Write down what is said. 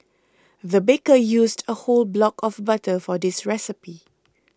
the baker used a whole block of butter for this recipe